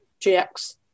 GX